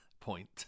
point